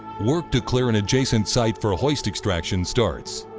work to clear an adjacent site for hoist extraction starts.